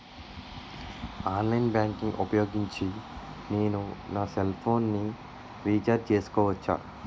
Online banking ఊపోయోగించి నేను నా సెల్ ఫోను ని రీఛార్జ్ చేసుకోవచ్చా?